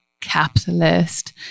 capitalist